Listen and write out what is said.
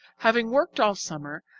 having worked all summer,